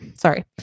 Sorry